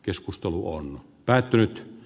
keskustelu on päättynyt